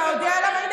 אתה יודע למה?